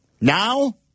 Now